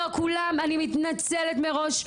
לא כולם אני מתנצלת מראש,